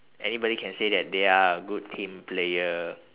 anybody can say that they are a good team player